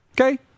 Okay